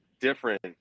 different